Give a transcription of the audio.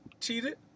cheated